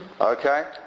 Okay